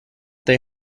they